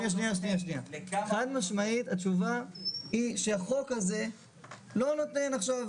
חד משמעית התשובה היא שהחוק הזה לא נותן עכשיו